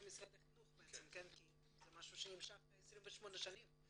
משרד החינוך כי זה משהו שנמשך 28 שנים.